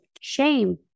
shame